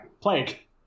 Plank